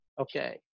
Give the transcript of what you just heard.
Okay